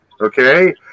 Okay